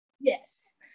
Yes